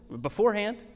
beforehand